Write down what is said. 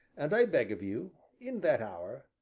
and i beg of you, in that hour,